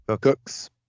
Cooks